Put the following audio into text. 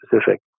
specific